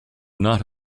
not